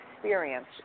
Experience